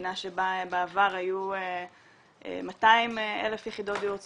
במדינה שבה בעבר היו 200,000 יחידות דיור ציבורי,